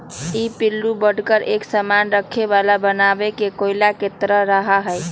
ई पिल्लू बढ़कर एक सामान रखे वाला बनाके कोया के तरह रहा हई